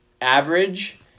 average